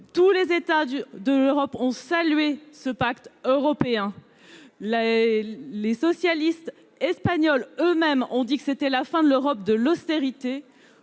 Tous les États européens ont salué ce pacte européen. Les socialistes espagnols eux-mêmes ont dit que c'était la fin de l'Europe de l'austérité